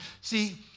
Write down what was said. See